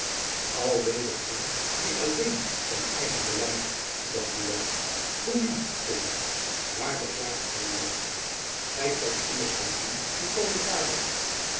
een die alleen zijn eigen belangzoekt dacht buat hoe nu vroeg hy waar beklaagt gy u over gy trekt immers pensioen van koning karel